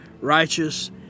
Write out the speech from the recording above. righteous